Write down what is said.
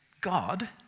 God